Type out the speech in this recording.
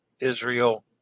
Israel